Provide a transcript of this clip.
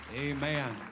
amen